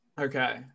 okay